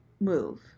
move